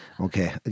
Okay